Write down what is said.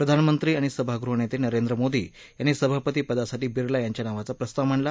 प्रधानमंत्री आणि सभागृह नेते नरेंद्र मोदी यांनी सभापती पदासाठी बिर्ला यांच्या नावाचा प्रस्ताव मांडला